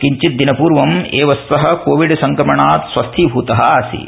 किञ्चित् दिनपूर्वम् एव सः कोविड संक्रमणात् स्वस्थीभूतः आसीत्